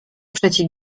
przecie